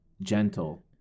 gentle